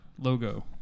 logo